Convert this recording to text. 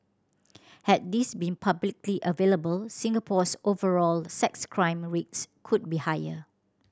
had these been publicly available Singapore's overall sex crime rates could be higher